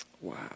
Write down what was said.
Wow